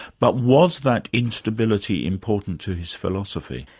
but was that instability important to his philosophy?